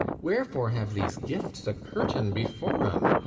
wherefore have these gifts a curtain before em?